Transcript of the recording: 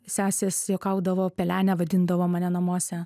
sesės juokaudavo pelene vadindavo mane namuose